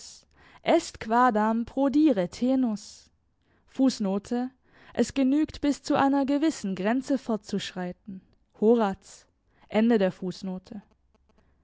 quadam prodire tenus es genügt bis zu einer gewissen grenze fortzuschreiten